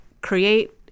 create